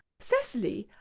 cecily,